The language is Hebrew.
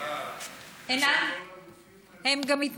איפה המל"ג?